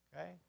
Okay